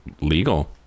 legal